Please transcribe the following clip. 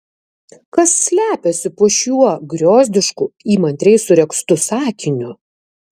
kas slepiasi po šiuo griozdišku įmantriai suregztu sakiniu